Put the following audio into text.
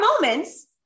moments